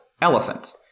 elephant